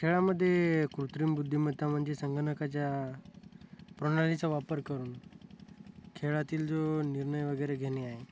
खेळामध्ये कृत्रिम बुद्धिमत्ता म्हणजे संगणकाच्या प्रणालीचा वापर करून खेळातील जो निर्णय वगैरे घेणे आहे